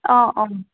অঁ অঁ